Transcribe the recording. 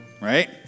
right